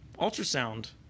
ultrasound